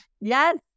Yes